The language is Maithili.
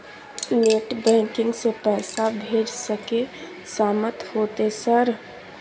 नेट बैंकिंग से पैसा भेज सके सामत होते सर?